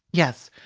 yes,